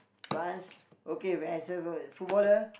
France okay where footballer